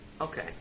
Okay